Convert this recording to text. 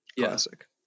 classic